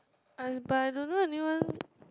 uh but I don't know anyone